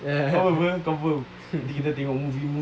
ya